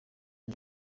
nje